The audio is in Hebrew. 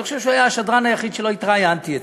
אני חושב שהוא היה השדרן היחיד שלא התראיינתי אצלו,